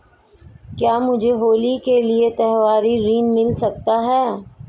क्या मुझे होली के लिए त्यौहारी ऋण मिल सकता है?